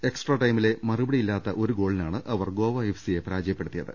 extra ടൈമിലെ മറുപടിയില്ലാത്ത ഒരു ഗോളിനാണ് അവർ ഗോവ എഫ്സിയെ പരാജയപ്പെടുത്തിയത്